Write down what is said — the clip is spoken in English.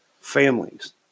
families